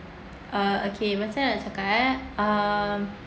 uh okay macam mana nak cakap eh um